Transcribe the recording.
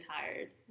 tired